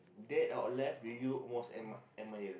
dad out of life do you most admire